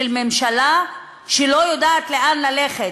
של ממשלה שלא יודעת לאן ללכת,